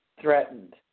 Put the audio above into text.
threatened